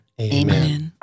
Amen